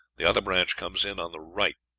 the other branch comes in on the right,